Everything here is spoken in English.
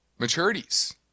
maturities